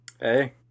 Hey